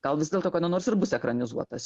gal vis dėlto kada nors ir bus ekranizuotas